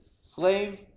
slave